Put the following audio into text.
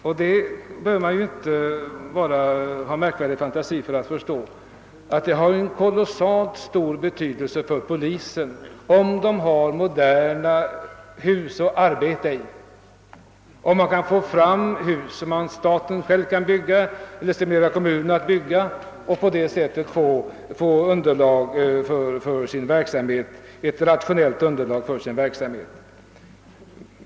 Man behöver inte ha stor fantasi för att förstå att det har kolossalt stor betydelse för polisen om den har moderna hus att arbeta i, om man kan få fram hus som staten själv bygger eller stimulerar kommunerna att bygga, varigenom polisen kan få ett rationellare underlag för sin verksamhet.